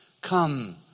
Come